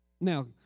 now